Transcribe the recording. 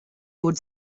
would